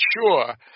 sure